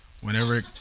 whenever